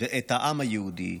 ואת העם היהודי